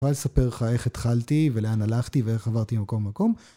ואז אספר לך איך התחלתי ולאן הלכתי ואיך עברתי ממקום למקום.